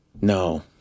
No